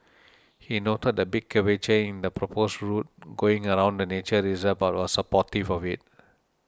he noted the big curvature in the proposed route going around the nature reserve but was supportive of it